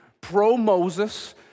pro-Moses